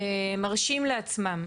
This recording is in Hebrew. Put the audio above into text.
שמרשים לעצמם